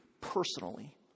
personally